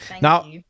Now